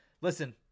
listen